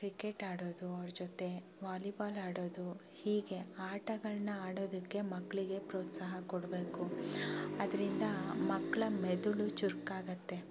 cricket ಆಡೋದು ಅವ್ರ ಜೊತೆ ವಾಲಿಬಾಲ್ ಆಡೋದು ಹೀಗೆ ಆಟಗಳನ್ನ ಆಡೋದಕ್ಕೆ ಮಕ್ಕಳಿಗೆ ಪ್ರೋತ್ಸಾಹ ಕೊಡಬೇಕು ಅದರಿಂದ ಮಕ್ಕಳ ಮೆದುಳು ಚುರುಕಾಗತ್ತೆ